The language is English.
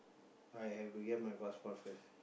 I have to get my passport first